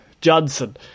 Johnson